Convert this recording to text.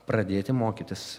pradėti mokytis